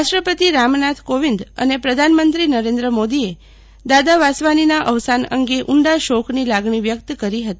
રાષ્ટ્રપતિ રામનાથ કોવિંદ અને પ્રધાનમંત્રી નરેન્દ્ર મોદીએ દાદા વાસવાનીના અવસાન અંગે ઉંડા શોકની લાગણી વ્યકત કરી હતી